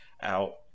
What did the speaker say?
out